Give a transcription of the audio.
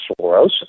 Soros